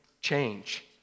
Change